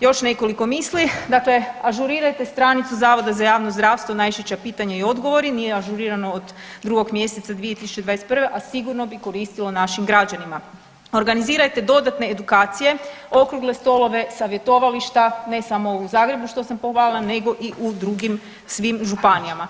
još nekoliko misli, dakle ažurirajte stranicu HJZJ najčešća pitanja i odgovori, nije ažurirano od 2. mjeseca 2021., a sigurno bi koristilo našim građanima, organizirajte dodatne edukacije, okrugle stolove, savjetovališta ne samo u Zagrebu što sam pohvalila nego i u drugim svim županijama.